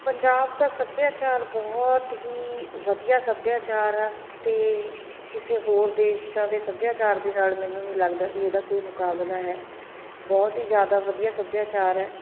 ਪੰਜਾਬ ਦਾ ਸੱਭਿਆਚਾਰ ਬਹੁਤ ਹੀ ਵਧੀਆ ਸੱਭਿਆਚਾਰ ਆ ਅਤੇ ਕਿਸੇ ਹੋਰ ਦੇਸ਼ਾਂ ਦੇ ਸੱਭਿਆਚਾਰ ਦੇ ਨਾਲ ਮੈਨੂੰ ਨਹੀਂ ਲੱਗਦਾ ਵੀ ਇਹਦਾ ਕੋਈ ਮੁਕਾਬਲਾ ਹੈ ਬਹੁਤ ਹੀ ਜ਼ਿਆਦਾ ਵਧੀਆ ਸੱਭਿਆਚਾਰ ਹੈ